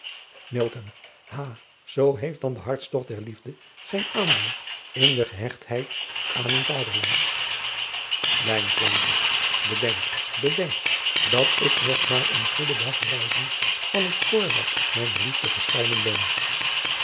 a zoo heeft dan de bartstogt der liefde zijn aandeel in de gehechtheid aan uw vaderland edenk bedenk dat ik nog maar een goeden dag reizens van het voorwerp mijner liefde gescheiden